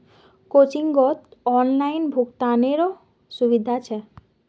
कोचिंगत ऑनलाइन भुक्तानेरो सुविधा छेक